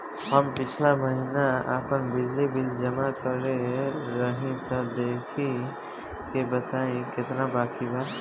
हम पिछला महीना आपन बिजली बिल जमा करवले रनि तनि देखऽ के बताईं केतना बाकि बा?